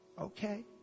okay